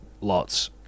lots